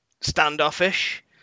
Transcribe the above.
standoffish